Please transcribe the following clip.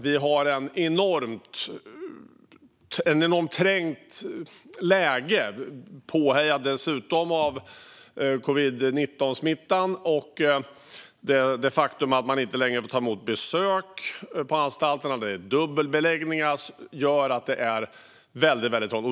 Vi har ett mycket trängt läge som dessutom har förstärkts av covid-19-smittan och det faktum att man inte längre får ta emot besök på anstalterna. Dubbelbeläggningar gör att det är mycket trångt.